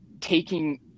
taking